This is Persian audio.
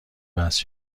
وصل